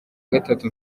gatatu